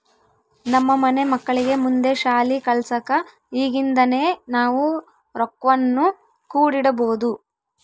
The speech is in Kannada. ನಮ್ಮ ಮನೆ ಮಕ್ಕಳಿಗೆ ಮುಂದೆ ಶಾಲಿ ಕಲ್ಸಕ ಈಗಿಂದನೇ ನಾವು ರೊಕ್ವನ್ನು ಕೂಡಿಡಬೋದು